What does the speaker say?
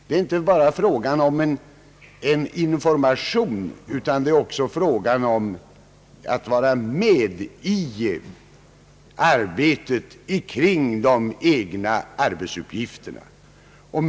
Det är inte bara fråga om en information, utan det är också fråga om att vara med i arbetet kring de egna arbetsuppgifterna.